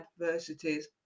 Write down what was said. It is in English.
adversities